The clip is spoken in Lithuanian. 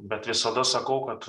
bet visada sakau kad